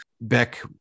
Beck